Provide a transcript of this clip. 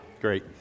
great